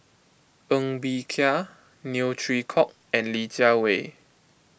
Ng Bee Kia Neo Chwee Kok and Li Jiawei